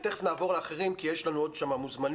ותיכף נעבור לאחרים כי יש לנו עוד כמה מוזמנים